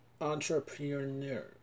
entrepreneur